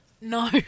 No